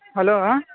hello ہاں